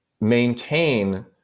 maintain